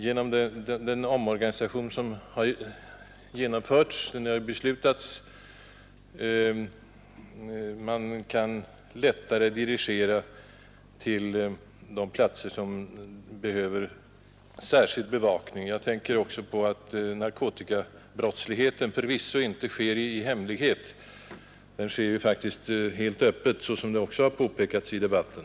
Genom omorganisationen kan ju även civil polispersonal i större grupper lättare dirigeras till de platser, som behöver särskild bevakning. Jag tänker då på att narkotikabrottsligheten förvisso inte sker i hemlighet utan faktiskt ibland helt öppet, såsom också har påpekats här i debatten.